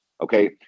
okay